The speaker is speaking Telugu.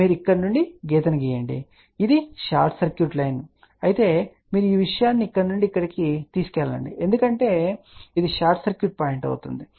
మీరు ఇక్కడ నుండి గీతను గీయండి మరియు ఇది షార్ట్ సర్క్యూట్ లైన్ అయితే మీరు ఈ విషయాన్ని ఇక్కడ నుండి ఇక్కడికి తీసుకు వెళ్ళండి ఎందుకంటే ఇది షార్ట్ సర్క్యూట్ పాయింట్ అవుతుంది